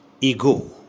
ego